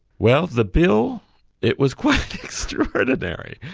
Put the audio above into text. well the bill it was quite extraordinary,